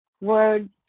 word